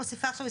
אתה בעצמך,